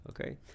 okay